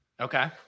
Okay